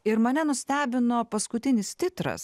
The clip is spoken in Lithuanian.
ir mane nustebino paskutinis titras